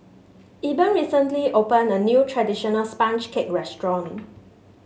Eben recently opened a new traditional sponge cake restaurant